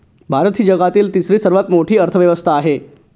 भारत ही जगातील तिसरी सर्वात मोठी अर्थव्यवस्था आहे